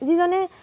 যিজনে